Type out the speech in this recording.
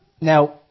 Now